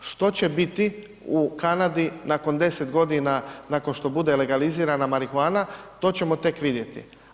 Što će biti u Kanadi nakon 10.g. nakon što bude legalizirana marihuana to ćemo tek vidjeti.